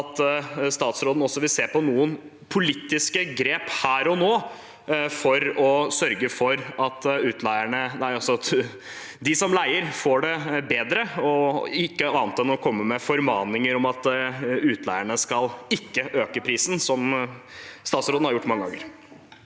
statsråden også vil se på noen politiske grep her og nå for å sørge for at de som leier, får det bedre – noe annet enn å komme med formaninger om at utleierne ikke skal øke prisen, som statsråden har gjort mange ganger?